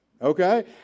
Okay